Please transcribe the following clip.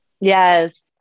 Yes